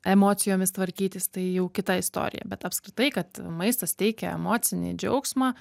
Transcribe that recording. emocijomis tvarkytis tai jau kita istorija bet apskritai kad maistas teikia emocinį džiaugsmą